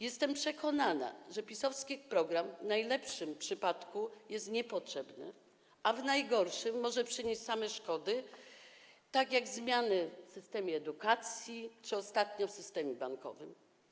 Jestem przekonana, że pisowski program w najlepszym razie jest niepotrzebny, a w najgorszym może przynieść same szkody, tak jak zmiany w systemie edukacji czy ostatnio w systemie bankowym.